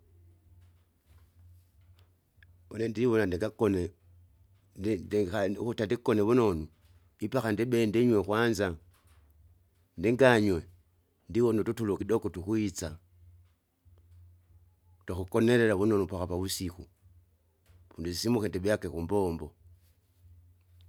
Une ndiwona ndikagone, ndi- ndihai ndi ukuta andikone vunonu, ipaka ndibendi inyo kwanza, ndinganywe, ndiwona ututulo kidoko tukwisa, twakugonelela vunonu mpaka pavusiku, pundisimuke ndiyake kumbombo.